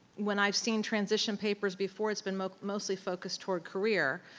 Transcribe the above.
when i've seen transition papers before it's been mostly mostly focused toward career.